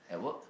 at work